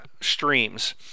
streams